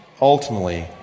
ultimately